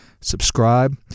Subscribe